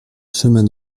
chemin